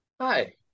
Hi